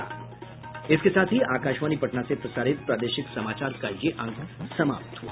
इसके साथ ही आकाशवाणी पटना से प्रसारित प्रादेशिक समाचार का ये अंक समाप्त हुआ